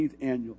annual